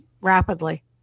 rapidly